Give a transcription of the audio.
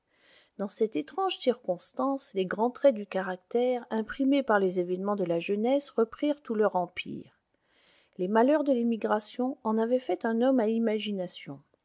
dans cette étrange circonstance les grands traits du caractère imprimés par les événements de la jeunesse reprirent tout leur empire les malheurs de l'émigration en avaient fait un homme à imagination